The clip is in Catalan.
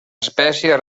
espècie